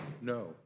No